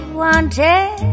wanted